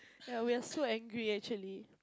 ya we're so angry actually